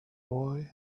boy